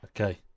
Okay